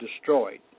destroyed